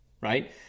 right